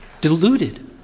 deluded